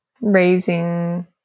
raising